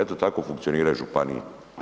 Eto tako funkcioniraju županije.